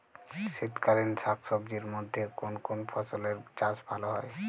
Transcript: শীতকালীন শাকসবজির মধ্যে কোন কোন ফসলের চাষ ভালো হয়?